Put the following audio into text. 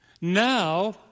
now